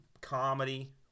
comedy